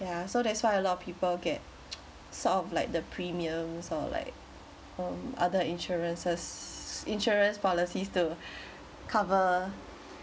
ya so that's why a lot of people get sort of like the premiums more like other insurances insurance policies to cover